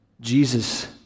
Jesus